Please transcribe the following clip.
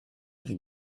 think